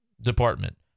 department